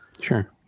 Sure